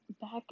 back